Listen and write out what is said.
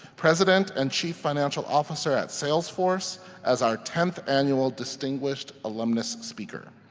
president and chief financial officer at sales force as our tenth annual distinguished alumnus speaker.